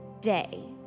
day